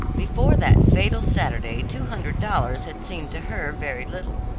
before that fatal saturday two hundred dollars had seemed to her very little,